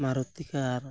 Maruti ᱠᱟᱨ